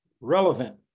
Relevant